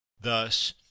Thus